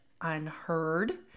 unheard